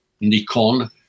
Nikon